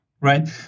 right